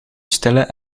stille